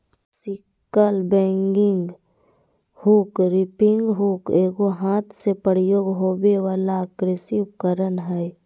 sickle bagging hook, reaping hook एगो हाथ से प्रयोग होबे वला कृषि उपकरण हइ